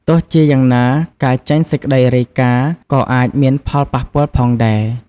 ទោះជាយ៉ាងណាការចេញសេចក្តីរាយការណ៍ក៏អាចមានផលប៉ះពាល់ផងដែរ។